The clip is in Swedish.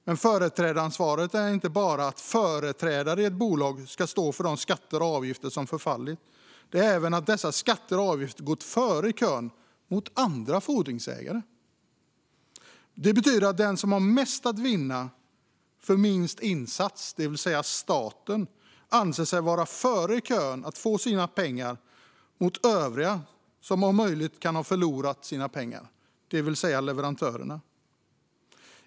Men företrädaransvaret är inte bara att företrädare i ett bolag ska stå för de skatter och avgifter som förfallit. Det är även att dessa skatter och avgifter går före i kön i förhållande till andra fordringsägare. Personligt betalnings-ansvar i aktiebolag Det betyder att den som har mest att vinna för minst insats, det vill säga staten, anser sig stå före i kön att få sina pengar mot övriga som kan ha förlorat pengar, det vill säga leverantörerna.